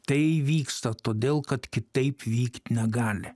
tai įvyksta todėl kad kitaip vykt negali